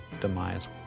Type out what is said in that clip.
demise